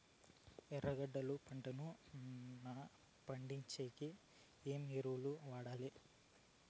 ఎర్రగడ్డలు పంటను చానా పండించేకి ఏమేమి ఎరువులని వాడాలి?